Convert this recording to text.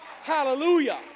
Hallelujah